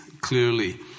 clearly